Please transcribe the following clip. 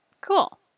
Cool